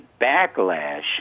backlash